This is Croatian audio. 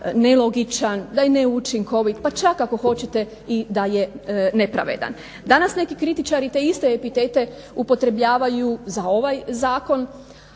nelogičan, da je neučinkovit, pa čak ako hoćete i da je nepravedan. Danas neki kritičari te iste epitete upotrebljavaju za ovaj zakon,